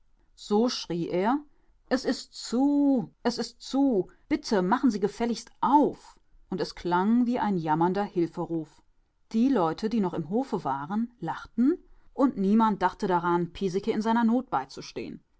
so schrie er es ist zu es ist zu bitte machen sie gefälligst auf und es klang wie ein jammernder hilferuf die leute die noch im hofe waren lachten und niemand dachte daran piesecke in seiner not